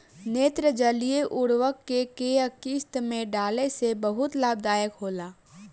नेत्रजनीय उर्वरक के केय किस्त में डाले से बहुत लाभदायक होला?